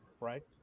right